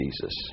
Jesus